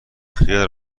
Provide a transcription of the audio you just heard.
خیال